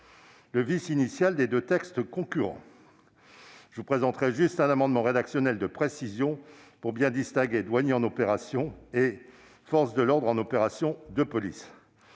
le vice initial des deux textes concurrents. Je présenterai un amendement rédactionnel visant à bien distinguer les douaniers en opération des forces de l'ordre en opération de police.